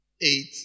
Eight